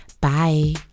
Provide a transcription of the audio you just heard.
Bye